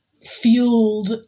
Fueled